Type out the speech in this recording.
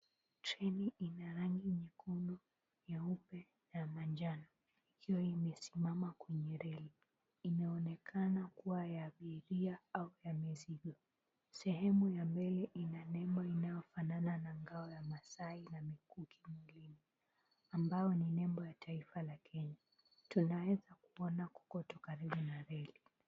Treni ina rangi nyekundu, nyeupe na manjano ikiwa imesimama kwenye reli. Inaonekana kuwa ya abiria au ya mizigo. Sehemu ya mbele ina nembo inayofanana na ngao ya Maasai na mikuki ambayo ni nembo ya taifa la Kenya. Tunaweza kuona kokoto karibu na reli.